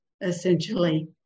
essentially